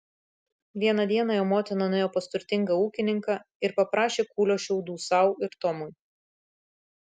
vieną dieną jo motina nuėjo pas turtingą ūkininką ir paprašė kūlio šiaudų sau ir tomui